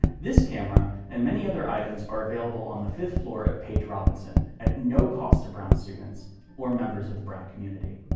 this camera and many other items are available on the fifth floor of page-robinson at no cost to brown students or members of the brown community.